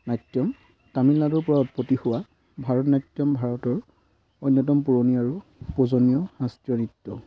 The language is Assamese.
নাট্যম তামিলনাডুৰপৰা উৎপত্তি হোৱা ভাৰত নাট্যম ভাৰতৰ অন্যতম পুৰণি আৰু প্ৰজনীয় শাস্ত্ৰীয় নৃত্য